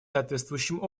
соответствующим